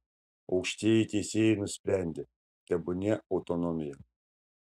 aukštieji teisėjai nusprendė tebūnie autonomija